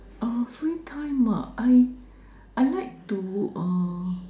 ah free time uh I I like to uh